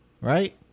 right